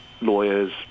lawyers